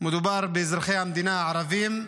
מדובר באזרחי המדינה הערבים,